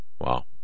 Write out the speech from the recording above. wow